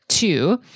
Two